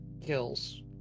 kills